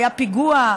היה פיגוע,